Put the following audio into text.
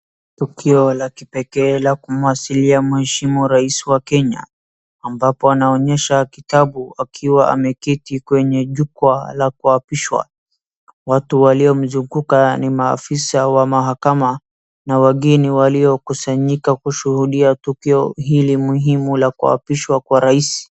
Tukio la kipekee la kumwasilia mheshimiwa rais wa Kenya, ambapo anaonyesha kitabu akiwa ameketi kwenye jukwaa la kuapishwa. Watu waliomzunguka ni maafisa wa mahakama na wageni waliokusanyika kushushudia tukio hili muhimu la kuapishwa kwa rais.